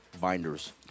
binders